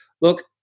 look